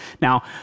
Now